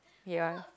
ya